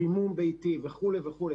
חימום ביתי וכולי וכולי.